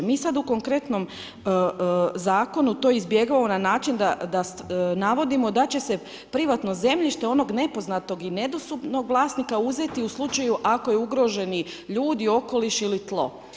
Mi sada, u konkretnom zakonu to izbjegava na način da navodimo da će se privatno zemljište, onog nepoznatog i nedostupnog vlasnika, uzeti, u slučaju, ako je ugroženi ljudi, okoliš ili tlo.